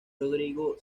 rodrigo